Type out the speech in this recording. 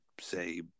say